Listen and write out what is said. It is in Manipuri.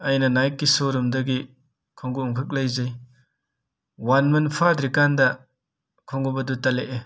ꯑꯩꯅ ꯅꯥꯏꯛꯀꯤ ꯁꯣꯔꯨꯝꯗꯒꯤ ꯈꯣꯡꯎꯞ ꯑꯝꯈꯛ ꯂꯩꯖꯩ ꯋꯥꯟ ꯃꯟ ꯐꯥꯗ꯭ꯔꯤꯀꯥꯟꯗ ꯈꯣꯡꯎꯞ ꯑꯗꯨ ꯇꯠꯂꯛꯑꯦ